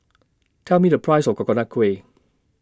Tell Me The Price of Coconut Kuih